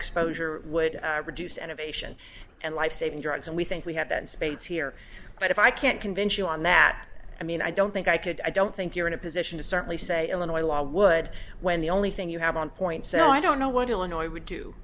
exposure would reduce animation and lifesaving drugs and we think we have that in spades here but if i can't convince you on that i mean i don't think i could i don't think you're in a position to certainly say illinois law would when the only thing you have on point so i don't know what illinois would do